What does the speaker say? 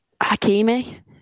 Hakimi